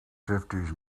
fifties